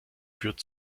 führt